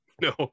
No